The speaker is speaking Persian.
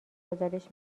گزارش